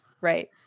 Right